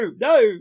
no